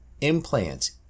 implants